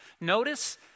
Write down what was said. Notice